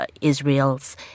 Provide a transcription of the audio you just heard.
Israel's